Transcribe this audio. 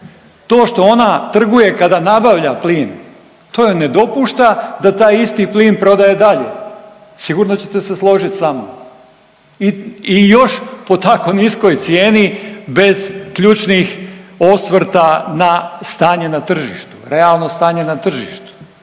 To što ona trguje kada nabavlja plin to joj ne dopušta da taj isti plin prodaje dalje, sigurno ćete se složit sa mnom i još po tako niskoj cijeni bez ključnih osvrta na stanje na tržištu, realno stanje na tržištu,